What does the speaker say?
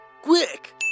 Quick